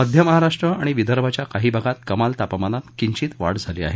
मध्य महाराष्ट्र आणि विदर्भाच्या काही भागात कमाल तापमानात किंचित वाढ झाली आहे